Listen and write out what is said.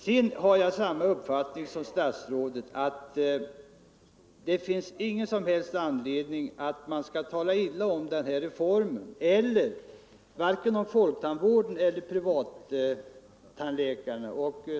Sedan har jag samma uppfattning som statsrådet att det inte finns någon som helst anledning att tala illa om tandvårdsreformen, folktandvården eller privattandläkarna.